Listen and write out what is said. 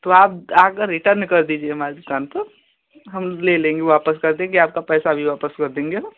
तो आप आकर रीटर्न कर दीजिए हमारी दुकान पर हम ले लेंगे वापस कर देंगे आपका पैसा भी वापस कर देंगे है ना